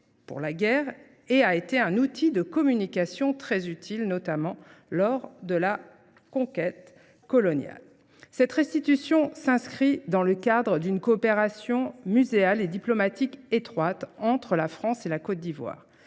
pour la guerre et a été un outil de communication très utile, notamment lors de la conquête coloniale. Cette restitution s'inscrit dans le cadre d'une coopération muséale et diplomatique étroite entre la France et la Côte d'Ivoire.